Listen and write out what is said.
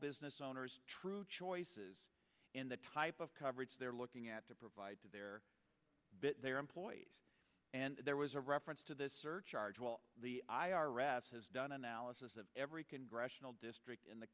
business owners true choices in the type of coverage they're looking at to provide to their bit their employees and there was a reference to this surcharge well the i r s has done an analysis of every congressional district in the